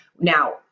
now